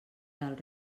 del